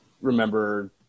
remember